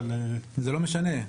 אבל --- זה לא משנה,